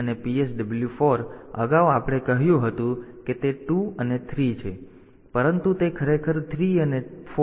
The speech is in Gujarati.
તેથી PSW 3 અને PSW 4 અગાઉ આપણે કહ્યું કે તે 2 અને 3 છે પરંતુ તે ખરેખર 3 અને 4 છે